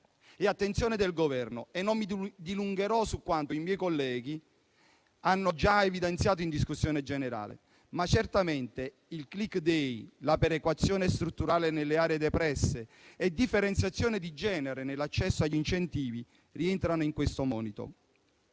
e attenzione del Governo. Non mi dilungherò su quanto i miei colleghi hanno già evidenziato in discussione generale, ma certamente il *click day*, la perequazione strutturale nelle aree depresse e la differenziazione di genere nell'accesso agli incentivi rientrano in questo monito.